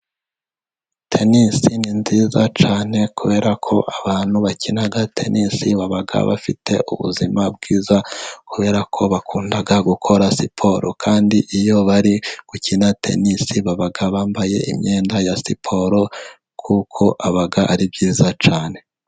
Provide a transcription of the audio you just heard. Tenisi ni nziza cyane, kubera ko abantu bakina tenisi baba bafite ubuzima bwiza, kubera ko bakunda gukora siporo, kandi iyo bari gukina tenisi baba bambaye imyenda ya siporo, kuko aba aribyiza cyane.